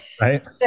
Right